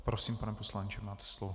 Prosím, pane poslanče, máte slovo.